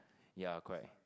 ya correct